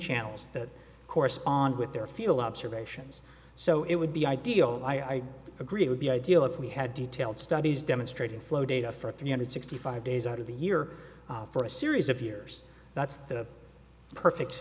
channels that correspond with their field observations so it would be ideal i agree it would be ideal if we had detailed studies demonstrating flow data for three hundred sixty five days out of the year for a series of years that's the perfect